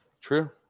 True